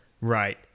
Right